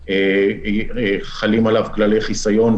חלים עליו כללי חיסיון,